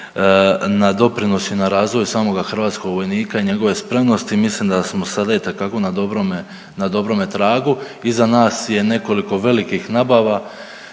na doprinosu i na razvoju samoga hrvatskog vojnika i njegove spremnosti, mislim da smo sada itekako na dobrome, na dobrome tragu, iza nas je nekoliko velikih nabava,